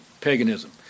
paganism